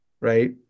right